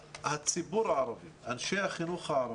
הציבור הערבי, אנשי החינוך הערבי,